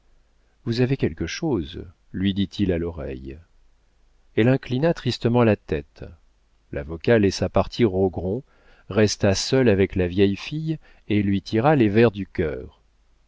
vous avez quelque chose lui dit-il à l'oreille elle inclina tristement la tête l'avocat laissa partir rogron resta seul avec la vieille fille et lui tira les vers du cœur